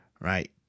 right